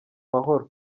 mahoro